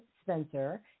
Spencer